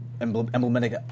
emblematic